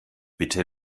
bitte